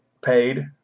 paid